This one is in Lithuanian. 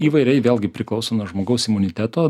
įvairiai vėlgi priklauso nuo žmogaus imuniteto